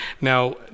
Now